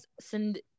send